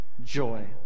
joy